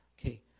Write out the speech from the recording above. Okay